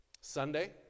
Sunday